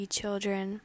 children